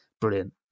Brilliant